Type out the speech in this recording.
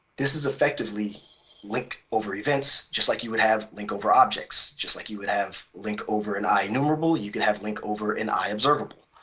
this is effectively link over events, just like you would have link over objects, just like you would have link over and ai innumerable, you can have link over in ai observable.